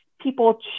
people